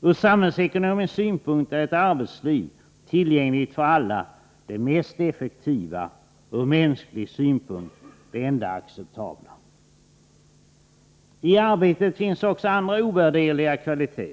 Ur samhällsekonomisk synpunkt är ett arbetsliv tillgängligt för alla det mest effektiva och ur mänsklig synpunkt det enda acceptabla. I arbetet finns också andra ovärderliga kvalitéer.